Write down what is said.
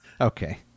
okay